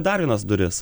dar vienas duris